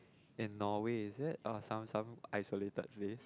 in Norway is it or some some isolated place